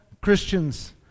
Christians